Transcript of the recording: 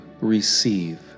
receive